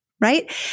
Right